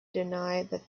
denied